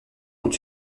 ont